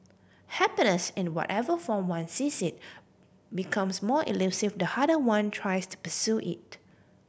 happiness in whatever form one sees it becomes more elusive the harder one tries to pursue it